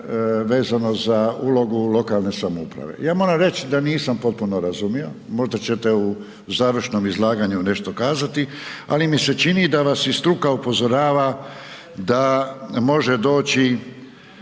vezano za ulogu lokalne samouprave. Ja moram reć da nisam potpuno razumio, možda ćete u završnom izlaganju nešto iskazati, ali mi se čini da vas i struka upozorava da može doći